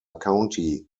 county